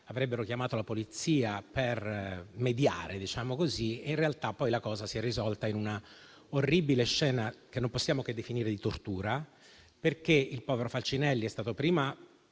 avrebbero chiamato la polizia per mediare, diciamo così, e in realtà la cosa si è poi risolta in un'orribile scena che non possiamo che definire di tortura. Il povero Falcinelli è stato prima